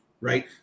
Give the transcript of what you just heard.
right